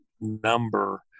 number